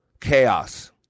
chaos